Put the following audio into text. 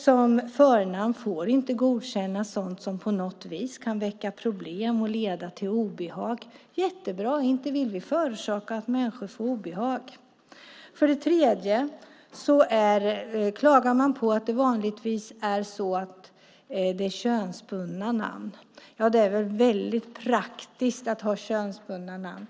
Som förnamn får inte godkännas sådant som på något vis kan ge problem och leda till obehag. Jättebra, inte vill vi förorsaka att människor får obehag. För det tredje klagar man på att det vanligtvis är könsbundna namn. Ja, det är väl väldigt praktiskt att ha könsbundna namn.